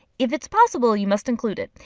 if it's possible, you must include it.